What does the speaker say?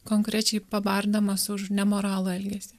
konkrečiai pabardamas už nemoralų elgesį